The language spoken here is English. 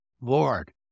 Lord